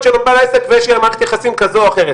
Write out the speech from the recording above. שלו מבעל העסק ויש להם מערכת יחסים כזו או אחרת,